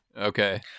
Okay